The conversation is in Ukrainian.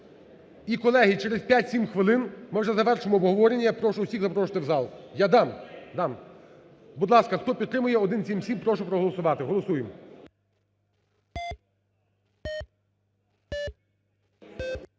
І, колеги, через 5-7 хвилин ми завершимо обговорення, я прошу всіх запрошувати в зал. Я дам, дам. Будь ласка, хто підтримує один сім сім, прошу проголосувати. Голосуємо.